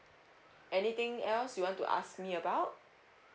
anything else you want to ask me about